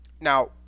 Now